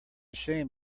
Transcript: shame